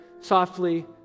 softly